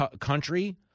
country